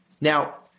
Now